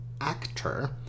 actor